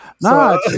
No